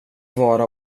vara